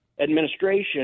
Administration